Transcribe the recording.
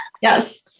Yes